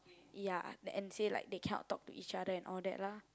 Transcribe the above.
ya the and say like they cannot talk to each other and all that lah